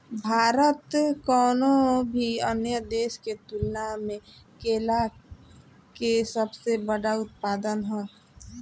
भारत कउनों भी अन्य देश के तुलना में केला के सबसे बड़ उत्पादक ह